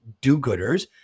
do-gooders